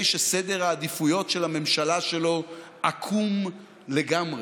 שסדר העדיפויות של הממשלה שלו עקום לגמרי.